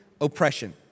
oppression